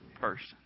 person